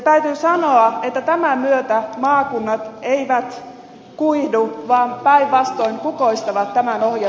täytyy sanoa että maakunnat eivät kuihdu vaan päinvastoin kukoistavat tämän ohje